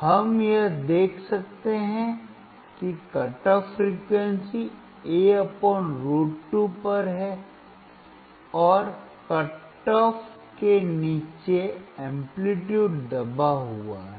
हम यह देख सकते हैं कि कट ऑफ आवृत्ति A√2 पर और कट ऑफ के नीचे आयाम दबा हुआ है